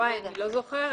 אני לא זוכרת.